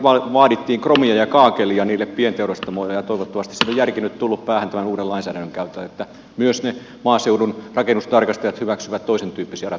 silloin vaadittiin kromia ja kaakelia niille pienteurastamoille ja toivottavasti siinä on järki nyt tullut päähän tämän uuden lainsäädännön kautta että myös ne maaseudun rakennustarkastajat hyväksyvät toisentyyppisiä ratkaisuja